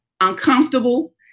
uncomfortable